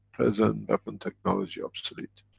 present weapon technology, obsolete.